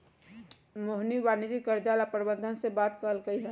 मोहिनी वाणिज्यिक कर्जा ला प्रबंधक से बात कलकई ह